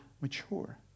mature